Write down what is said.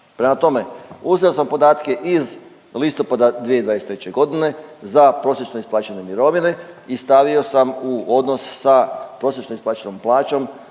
Prema tome uzeo sam podatke iz listopada 2023. godine za prosječno isplaćene mirovine i stavio sam u odnos sa prosječno isplaćenom plaćom